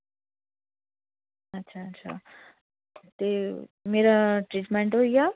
ते मेरा ट्रीटमेंट होई जाह्ग